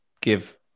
give